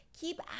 Keep